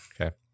Okay